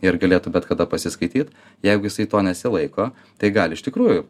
ir galėtų bet kada pasiskaityt jeigu jisai to nesilaiko tai gali iš tikrųjų